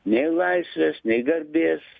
nei laisvės nei garbės